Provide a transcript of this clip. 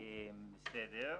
בסדר.